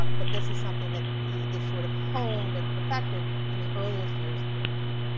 um but this is something that is sort of honed and perfected in the earliest years of the republic.